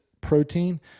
protein